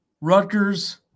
Rutgers